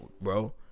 bro